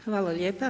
Hvala lijepa.